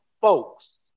folks